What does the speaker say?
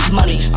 money